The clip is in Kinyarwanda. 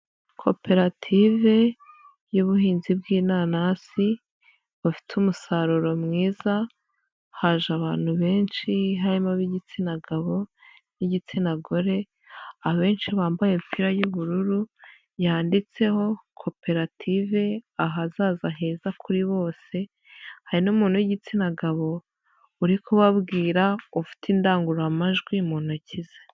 Koperative y'ubuhinzi bw'inanasi bafite umusaruro mwiza, haje abantu benshi harimo ab'igitsina gabo n'igitsina gore, abenshi bambaye imipira y'ubururu yanditseho koperative ahazaza heza kuri bose hari n'umuntu w'igitsina gabo uri kubabwira ufite indangururamajwi mu ntoki ze.